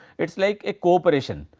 it is like a corporation.